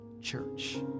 church